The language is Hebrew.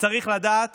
צריך לדעת